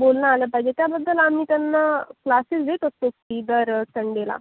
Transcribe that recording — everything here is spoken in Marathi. बोलणं आलं पाहिजे त्याबद्दल आम्ही त्यांना क्लासेस देत असतो इदर संडेला